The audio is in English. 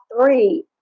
three